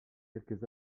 quelques